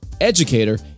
educator